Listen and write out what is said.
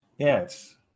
Yes